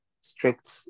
strict